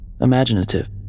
imaginative